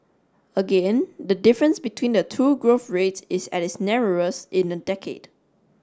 again the difference between the two growth rates is at its narrowest in a decade